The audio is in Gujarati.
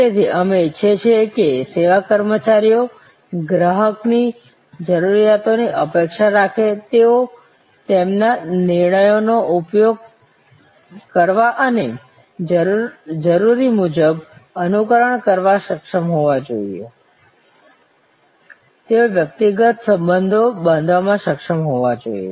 તેથી અમે ઇચ્છીએ છીએ કે સેવા કર્મચારીઓ ગ્રાહકની જરૂરિયાતોની અપેક્ષા રાખે તેઓ તેમના નિર્ણયનો ઉપયોગ કરવા અને જરૂરી મુજબ અનુકરણ કરવા સક્ષમ હોવા જોઈએ તેઓ વ્યક્તિગત સંબંધો બાંધવામાં સક્ષમ હોવા જોઈએ